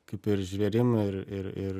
kaip ir žvėrim ir ir ir